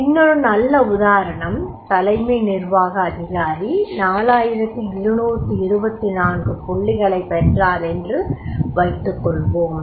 இன்னொரு நல்ல உதாரணம் தலைமை நிர்வாக அதிகாரி 4224 புள்ளிகளைப் பெற்றார் என்று வைத்துக்கொள்வோம்